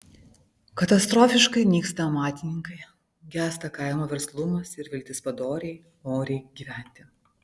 katastrofiškai nyksta amatininkai gęsta kaimo verslumas ir viltis padoriai oriai gyventi